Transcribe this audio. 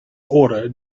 order